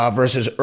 versus